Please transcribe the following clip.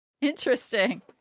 interesting